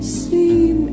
seem